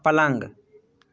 पलंग